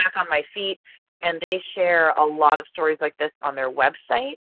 on my feet and they share a lot of stories like this on their website.